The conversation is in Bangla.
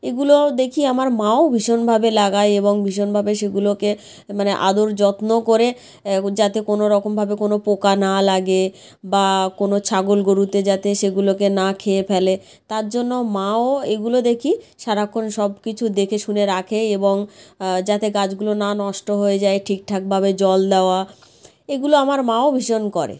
এগুলো দেখি আমার মাও ভীষনভাবে লাগায় এবং ভীষণভাবে সেগুলোকে মানে আদর যত্ন করে যাতে কোনো রকমভাবে কোনো পোকা না লাগে বা কোনো ছাগল গরুতে যাতে সেগুলোকে না খেয়ে ফেলে তার জন্য মাও এগুলো দেখি সারাক্ষণ সব কিছু দেখে শুনে রাকে এবং যাতে গাছগুলো না নষ্ট হয়ে যায় ঠিকঠাকভাবে জল দেওয়া এগুলো আমার মাও ভীষণ করে